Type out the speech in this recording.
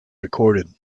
recorded